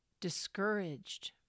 discouraged